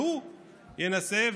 שהוא ינסה,